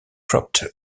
cropped